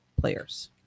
players